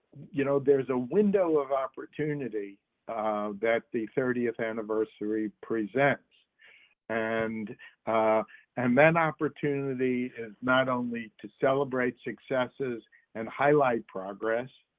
you know, there's a window of opportunity that the thirtieth anniversary presents and and that opportunity is not only to celebrate successes and highlight progress,